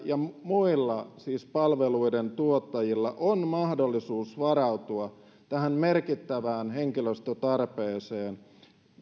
ja muilla siis palveluiden tuottajilla on mahdollisuus varautua tähän merkittävään henkilöstötarpeeseen